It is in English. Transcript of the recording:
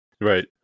Right